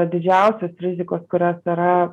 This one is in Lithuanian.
didžiausios rizikos kurios yra